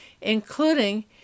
including